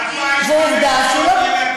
ועובדה שהוא לא,